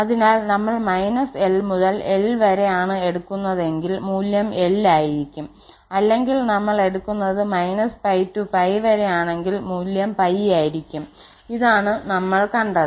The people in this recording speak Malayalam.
അതിനാൽ നമ്മൾ −𝑙 മുതൽ 𝑙 വരെ ആണ് എടുക്കുന്നതെങ്കിൽ മൂല്യം 𝑙 ആയിരിക്കും അല്ലെങ്കിൽ നമ്മൾ എടുക്കുന്നത് 𝜋 to 𝜋 വരെ ആണെങ്കിൽ മൂല്യം 𝜋 ആയിരിക്കും ഇതാണ് നമ്മൾ കണ്ടത്